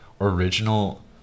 original